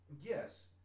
yes